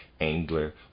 angler